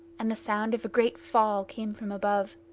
and the sound of a great fall came from above.